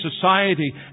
society